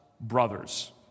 brothers